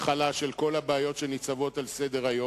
הכלה של כל הבעיות שניצבות על סדר-היום,